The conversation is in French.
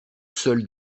seule